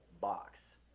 box